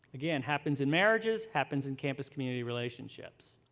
again, happens in marriages, happens in campus-community relationships.